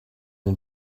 den